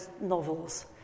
novels